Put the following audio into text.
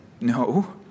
no